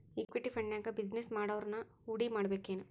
Equity ಫಂಡ್ನ್ಯಾಗ business ಮಾಡೊವ್ರನ ಹೂಡಿಮಾಡ್ಬೇಕೆನು?